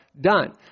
done